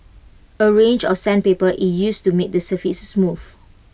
A range of sandpaper is used to make the surface smooth